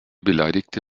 beleidigte